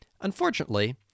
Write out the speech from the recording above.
Unfortunately